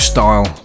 Style